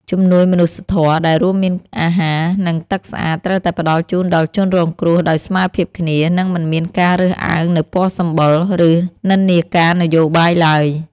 ជំនួយមនុស្សធម៌ដែលរួមមានអាហារ និងទឹកស្អាតត្រូវតែផ្តល់ជូនដល់ជនរងគ្រោះដោយស្មើភាពគ្នា និងមិនមានការរើសអើងនូវពណ៌សម្បុរ ឬនិន្នាការនយោបាយឡើយ។